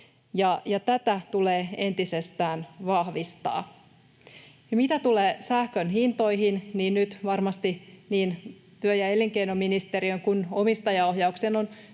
tätä tulee entisestään vahvistaa. Ja mitä tulee sähkönhintoihin, niin nyt varmasti niin työ- ja elinkeinoministeriön kuin omistajaohjauksen